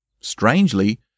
strangely